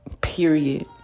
period